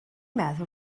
meddwl